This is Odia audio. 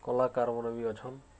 କଳାକାର୍ମନେ ବି ଅଛନ୍